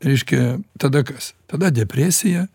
reiškia tada kas tada depresija